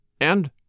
And